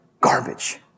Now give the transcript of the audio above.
garbage